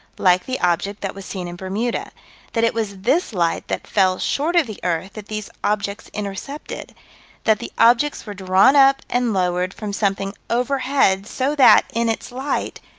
like the object that was seen in bermuda that it was this light that fell short of the earth that these objects intercepted that the objects were drawn up and lowered from something overhead, so that, in its light,